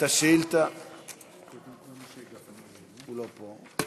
הוא לא פה.